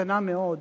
קטנה מאוד,